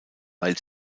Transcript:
weil